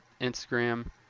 Instagram